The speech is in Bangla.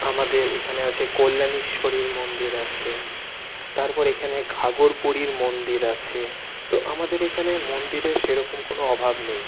আমাদের এইখানে আছে কল্যাণেশ্বরীর মন্দির আছে তারপর এখানে ঘাঘর বুড়ির মন্দির আছে তো আমাদের এইখানে মন্দিরের সেরকম কোনো অভাব নেই